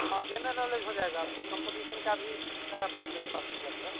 हाँ general knowledge हो जाएगा आपको कंपटीशन का भी सारा बुक मेरे पास उपलब्ध है